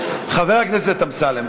חבר הכנסת אמסלם,